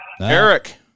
Eric